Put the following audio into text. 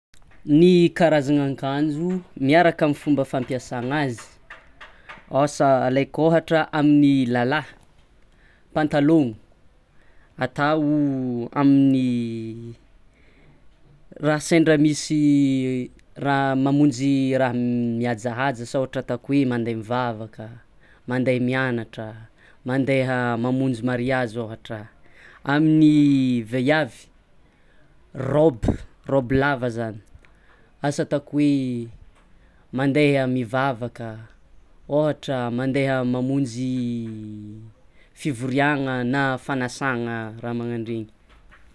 Ny karazana akanjo miaraka amin'ny fomba fampiasana azy, asa alaiko ohatra ataoko amin'ny lalahy: patalono atao amin'ny raha sendra misy raha mamonjy raha mihajahaja asa ohatra ataoko hoe, mandeha mivavaka; mandeha mianatra, mandeha mamonjy mariage ohatra; amin'ny vaiavy robe; robe lava zany asa ataoko hoe mandeha mivavaka, ohatra mandeha mamonjy fivoriana na fanasana raha manano reny.